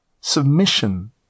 submission